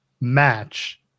match